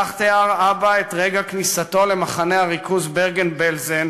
כך תיאר אבא את רגע כניסתו למחנה הריכוז ברגן-בלזן,